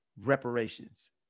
reparations